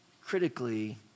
critically